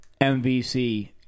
MVC